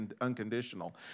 unconditional